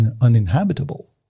uninhabitable